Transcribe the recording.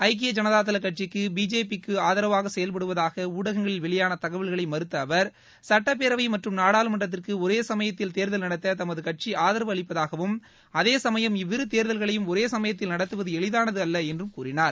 ஐக்கிய ஜனதாதள கட்சி பிஜேபிக்கு ஆதரவாக செயல்படுவதாக ஊடகங்களில் வெளியான தகவல்களை மறுத்த அவர் சட்டப்பேரவை மற்றும் நாடாளுமன்றத்திற்கு ஒரேசமயத்தில் தேர்தல் நடத்த தமது கட்சி ஆதரவு அளிப்பதாகவும் அதேசமயம் இவ்விரு தேர்தல்களையும் ஒரேசமயத்தில் நடத்துவது எளிதானதல்ல என்றும் கூறினார்